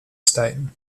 state